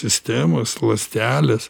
sistemos ląstelės